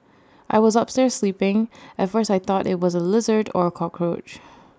I was upstairs sleeping at first I thought IT was A lizard or A cockroach